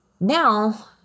now